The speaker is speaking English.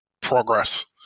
progress